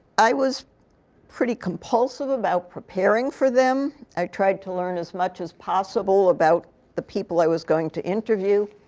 i was pretty compulsive about preparing for them. i tried to learn as much as possible about the people i was going to interview.